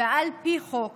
על פי החוק